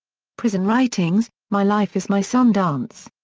prison writings my life is my sun dance.